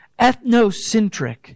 ethnocentric